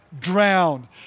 drown